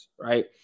right